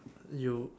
you